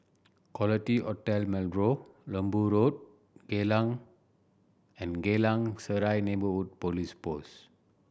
Quality Hotel Marlow Lembu Road Geylang and Geylang Serai Neighbourhood Police Post